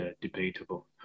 debatable